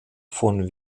von